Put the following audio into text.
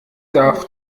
darf